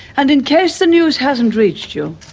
and in case the news hasn't reached you,